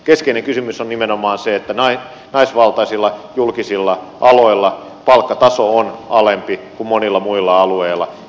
keskeinen kysymys on nimenomaan se että naisvaltaisilla julkisilla aloilla palkkataso on alempi kuin monilla muilla alueilla